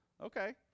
Okay